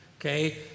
Okay